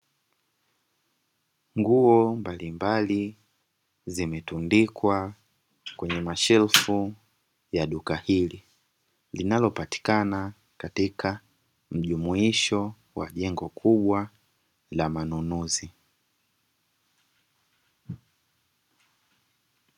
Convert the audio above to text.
Nguo mbalimbali zimetundikwa kwenye mashelfu ya duka hili, linalopatikana katika mjumuisho wa jengo kubwa la manunuzi.